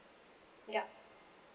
yup